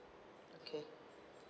okay